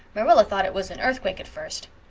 marilla thought it was an earthquake at first.